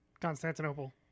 Constantinople